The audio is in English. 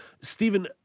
Stephen